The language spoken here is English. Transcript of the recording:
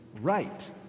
right